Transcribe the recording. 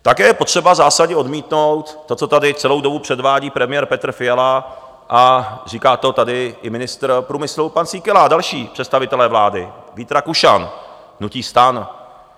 Také je potřeba v zásadě odmítnout to, co tady celou dobu předvádí premiér Petr Fiala, a říká to tady i ministr průmyslu pan Síkela a další představitelé vlády, Vít Rakušan, hnutí STAN.